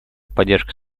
поддержкой